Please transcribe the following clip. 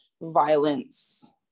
violence